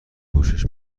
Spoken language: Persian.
پوشش